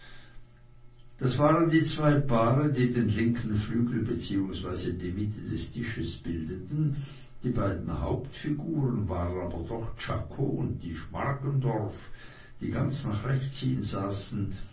das waren die zwei paare die den linken flügel beziehungsweise die mitte des tisches bildeten die beiden hauptfiguren waren aber doch czako und die schmargendorf die ganz nach rechts hin saßen